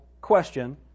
question